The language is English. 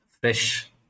fresh